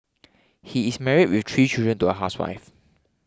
he is married with three children to a housewife